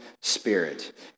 spirit